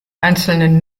einzelnen